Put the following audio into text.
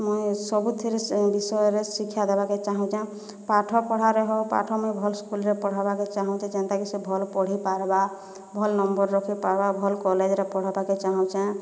ମୁଇଁ ସବୁଥିରେ ସେ ବିଷୟରେ ଶିକ୍ଷା ଦେବାକେ ଚାହୁଁଛେ ପାଠ ପଢ଼ାରେ ହେଉ ପାଠ ମୁଇଁ ଭଲ୍ ସ୍କୁଲରେ ପଢ଼ାବାକେ ଚାହୁଁଛେ ଯେନ୍ଟାକି ସେ ଭଲ ପଢ଼ି ପାର୍ବା ଭଲ ନମ୍ବର ରଖି ପାର୍ବା ଭଲ କଲେଜରେ ପଢ଼ାବକେ ଚାହୁଁଛେ